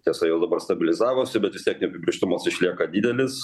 tiesa jau dabar stabilizavosi bet vis tiek neapibrėžtumas išlieka didelis